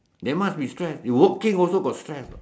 never mind we stress we working also also got stress